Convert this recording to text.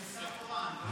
שר תורן.